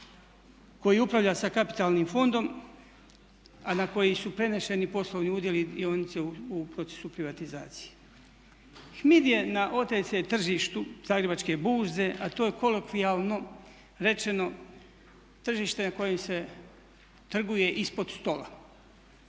koji upravlja sa kapitalnim fondom a na koji su preneseni poslovni udjeli i dionice u procesu privatizacije. HMID je na OTC tržištu Zagrebačke burze a to je kolokvijalno rečeno tržište na kojem se trguje ispod stola.